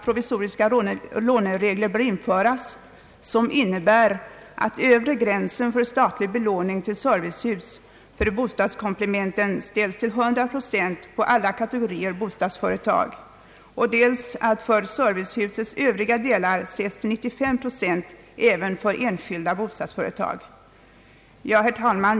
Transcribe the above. Provisoriska låneregler bör därför införas som innebär att övre gränsen för statlig belåning till servicehus för bostadskomplementen sätts till 100 procent för samtliga kategorier av bostadsföretag samt att för servicehusets övriga delar gränsen sätts till 95 procent för enskilda bostadsföretag. Herr talman!